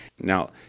now